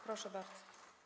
Proszę bardzo.